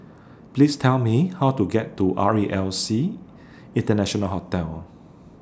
Please Tell Me How to get to R E L C International Hotel